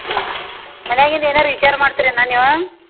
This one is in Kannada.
ಹಾಂ ಮನ್ಯಾಗಿಂದ ಏನಾರ ವಿಚಾರ ಮಾಡ್ತಿರೇನು ನೀವು